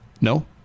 no